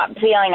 feeling